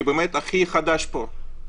אני הכי חדש פה,